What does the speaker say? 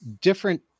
different